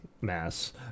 Mass